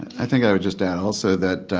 i think i would just add also that,